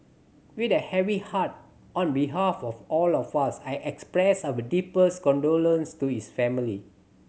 with a heavy heart on behalf of all of us I expressed our deepest condolences to his family